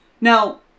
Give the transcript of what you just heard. Now